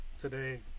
today